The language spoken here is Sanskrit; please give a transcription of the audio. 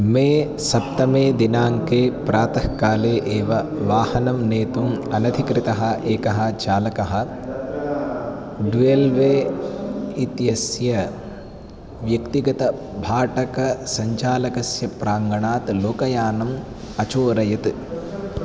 मे सप्तमे दिनाङ्के प्रातःकाले एव वाहनं नेतुम् अनधिकृतः एकः चालकः ड्यूल्वे इत्यस्य व्यक्तिगतभाटकसञ्चालकस्य प्राङ्गणात् लोकयानम् अचोरयत्